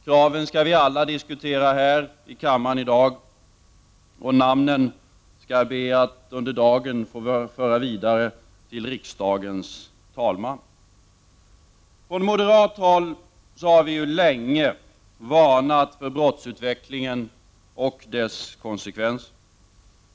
Kraven skall vi alla diskutera här i kammaren i dag, och namnen skall jag under dagen föra vidare till riksdagens talman. Vi har från moderat håll länge varnat för brottsutvecklingen och dess konsekvenser.